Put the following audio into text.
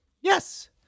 Yes